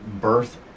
birth